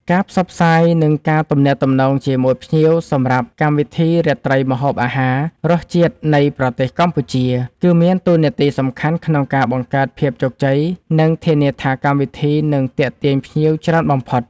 ការផ្សព្វផ្សាយ និងការទំនាក់ទំនងជាមួយភ្ញៀវសម្រាប់កម្មវិធីរាត្រីម្ហូបអាហារ “រសជាតិនៃប្រទេសកម្ពុជា” គឺមានតួនាទីសំខាន់ក្នុងការបង្កើតភាពជោគជ័យ និងធានាថាកម្មវិធីនឹងទាក់ទាញភ្ញៀវច្រើនបំផុត។